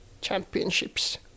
championships